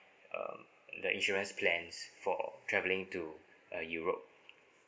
um the insurance plans for traveling to uh europe